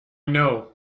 know